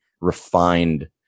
refined